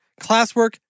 classwork